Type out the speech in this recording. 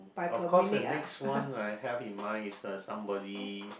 of course the next one I have in mind is uh somebody